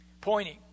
pointing